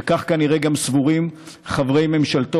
וכך כנראה גם סבורים חברי ממשלתו,